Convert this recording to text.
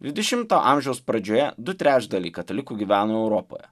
dvidešimto amžiaus pradžioje du trečdaliai katalikų gyveno europoje